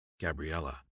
Gabriella